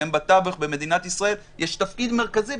שהן בתווך במדינת ישראל יש לו תפקיד מרכזי.